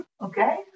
okay